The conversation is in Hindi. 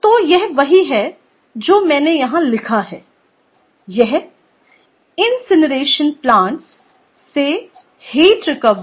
तो यह वही है जो मैंने यहां लिखा है यह इंकिनरेशन प्लांट्स से हीट रिकवरी